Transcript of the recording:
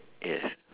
yes